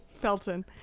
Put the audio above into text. Felton